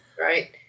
right